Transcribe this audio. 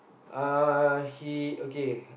uh he okay